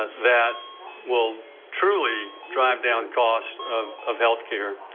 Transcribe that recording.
that will truly drive down costs of of healthcare.